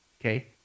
Okay